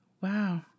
Wow